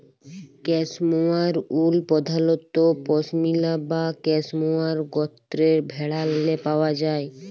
cashmere wool পধালত পশমিলা বা ক্যাসমোয়ার গত্রের ভেড়াল্লে পাউয়া যায়